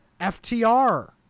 FTR